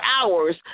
hours